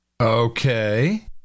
okay